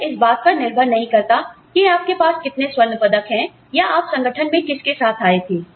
यह इस बात पर निर्भर नहीं करता कि आपके पास कितने स्वर्ण पदक हैं या आप संगठन में किसके साथ आए थे